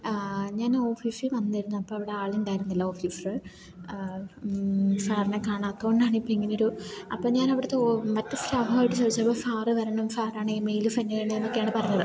ഞാൻ ഓഫീസിൽ വന്നിരുന്നപ്പം അവിടെ ആളുണ്ടായിരുന്നില്ല ഓഫീസ് സാറിനെ കാണാത്തതു കൊണ്ടാണ് ഇപ്പം ഇങ്ങനൊരു അപ്പം ഞാൻ അവിടുത്തെ മറ്റ് സ്റ്റാഫുമായിട്ട് ചോദിച്ചപ്പോൾ സാർ വരണം സാറാണ് ഈമെയിൽ സെൻഡ് ചെയ്യണമെന്നൊക്കെയാണ് പറഞ്ഞത്